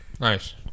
Nice